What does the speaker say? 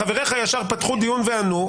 חבריך ישר פתחו דיון וענו.